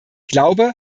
glaube